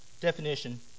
definition